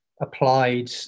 applied